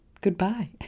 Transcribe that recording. Goodbye